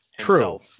true